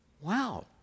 Wow